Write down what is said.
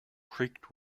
creaked